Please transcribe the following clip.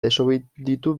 desobeditu